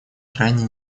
крайне